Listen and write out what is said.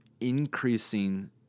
increasing